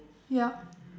ya